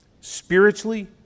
spiritually